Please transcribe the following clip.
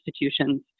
institutions